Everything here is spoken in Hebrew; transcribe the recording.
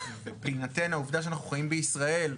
בהינתן העובדה שאנחנו חיים בישראל,